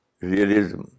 realism